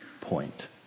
point